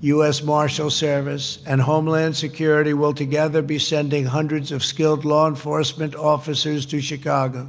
u. s. marshal service, and homeland security will together be sending hundreds of skilled law enforcement officers to chicago